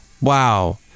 Wow